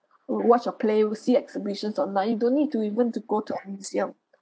or watch a play or see exhibitions online you don't need to even to go to a museum